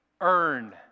earn